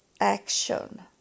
action